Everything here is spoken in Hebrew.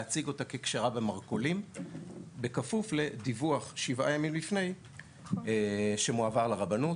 להציג אותה ככשרה במרכולים בכפוף לדיווח שבעה ימים לפני שמועבר לרבנות.